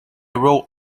wrote